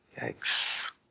Yikes